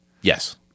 yes